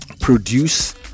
produce